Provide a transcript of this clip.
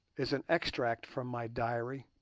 is an extract from my diary